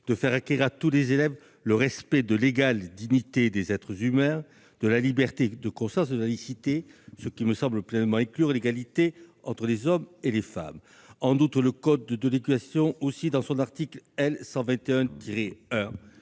de faire acquérir à tous les élèves le respect de l'égale dignité des êtres humains, de la liberté de conscience et de la laïcité, autant de sujets qui me semblent pleinement inclure l'égalité entre les hommes et les femmes. En outre, ce même code, dans son article L. 121-1,